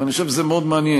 ואני חושב שזה מאוד מעניין,